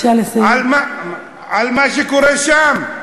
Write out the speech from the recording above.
על מה שקורה שם?